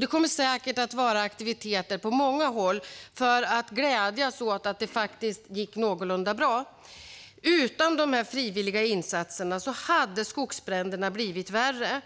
Det kommer säkert att ordnas aktiviteter på många håll för att glädjas åt att det faktiskt gick någorlunda bra. Utan de frivilliga insatserna hade skogsbränderna blivit värre.